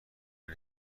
این